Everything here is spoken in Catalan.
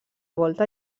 volta